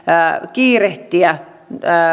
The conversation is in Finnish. kiirehtiä